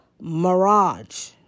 mirage